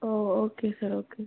O okay sir okay sir